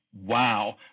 wow